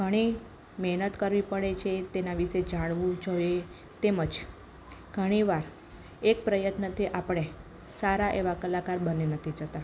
ઘણી મહેનત કરવી પડે છે તેના વિષે જાણવું જોઈએ તેમજ ઘણીવાર એક પ્રયત્નથી આપણે સારા એવા કલાકાર બની નથી જતા